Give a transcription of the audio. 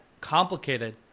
complicated